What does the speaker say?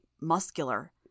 muscular